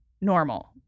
normal